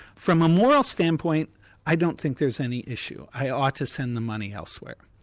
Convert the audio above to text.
from a moral standpoint i don't think there's any issue, i ought to send the money elsewhere.